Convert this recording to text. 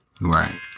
Right